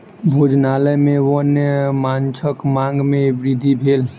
भोजनालय में वन्य माँछक मांग में वृद्धि भेल